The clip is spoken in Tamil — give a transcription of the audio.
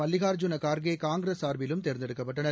மல்லிகார்ஜுன கார்கே காங்கிரஸ் சார்பிலும் தேர்ந்தெடுக்கப்பட்டனர்